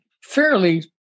Fairly